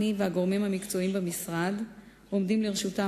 אני והגורמים המקצועיים במשרד עומדים לרשותם